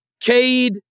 Cade